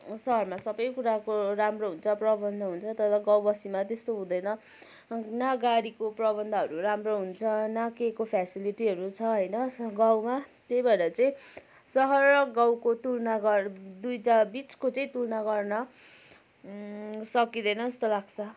सहरमा सबै कुराको राम्रो हुन्छ प्रबन्ध हुन्छ तर गाउँ बस्तीमा त्यस्तो हुँदैन न गाडीको प्रबन्धहरू राम्रो हुन्छ न केहीको फ्यासिलिटीहरू छ होइन गाउँमा त्यही भएर चाहिँ सहर र गाउँको तुलना गर्न दुईवटा बिचको चाहिँ तुलना गर्न सकिँदैन जस्तो लाग्छ